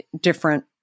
different